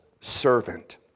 servant